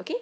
okay